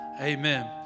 Amen